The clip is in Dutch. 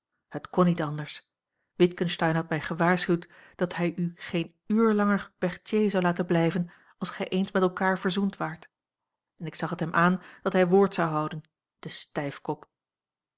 het kon niet anders witgensteyn had mij gewaarschuwd dat hij u geen uur langer berthier zou laten blijven als gij eens met elkaar verzoend waart en ik zag het hem aan dat hij woord zou houden de stijfkop